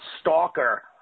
stalker